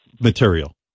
material